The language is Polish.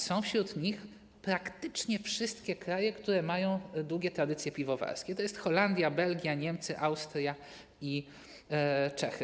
Są wśród nich praktycznie wszystkie kraje, które mają długie tradycje piwowarskie: Holandia, Belgia, Niemcy, Austria i Czechy.